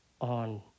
on